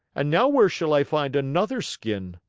and now where shall i find another skin?